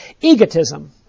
Egotism